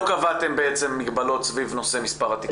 קבעתם בעצם מגבלות סביב נושא מספר התיקים.